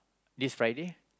this Friday